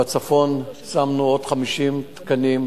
בצפון שמנו עוד 50 תקנים,